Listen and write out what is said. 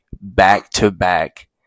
back-to-back